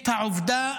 את העובדה